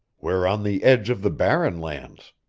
we're on the edge of the barren lands.